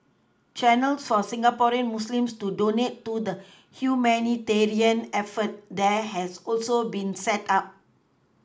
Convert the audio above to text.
Channels for Singaporean Muslims to donate to the humanitarian effort there has also been set up